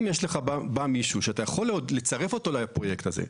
אם בא מישהו שאתה יכול לצרף אותו לפרויקט הזה,